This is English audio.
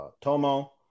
Tomo